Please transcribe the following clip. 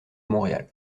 montréal